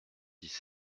dix